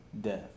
death